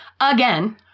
again